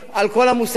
קח דרום,